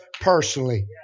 personally